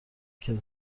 کسی